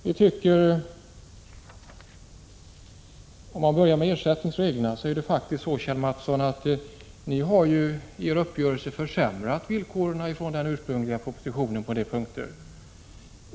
Beträffande ersättningsreglerna förhåller det sig faktiskt så, Kjell Mattsson, att ni vid uppgörelsen försämrade villkoren på en del punkter, om man jämför med vad som står i propositionen.